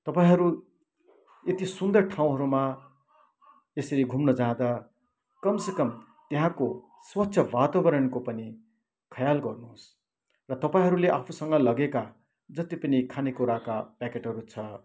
तपाईँहरू यति सुन्दर ठाउँहरूमा यसरी घुम्न जाँदा कमसेकम त्यहाँको स्वच्छ वातावरणको पनि ख्याल गर्नुहोस् र तपाईँहरूले आफूसँग लगेका जति पनि खाने कुराका प्याकेटहरू छ